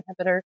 inhibitor